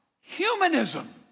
humanism